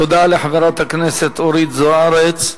תודה לחברת הכנסת אורית זוארץ.